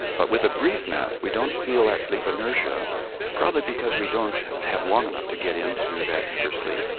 but with a brief nap we don't feel that sleep inertia probably because we don't have long enough to get into that deeper sleep.